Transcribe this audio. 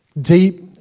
deep